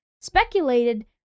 speculated